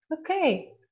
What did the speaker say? Okay